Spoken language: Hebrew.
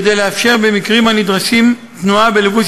כדי לאפשר במקרים הנדרשים תנועה בלבוש